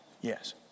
Yes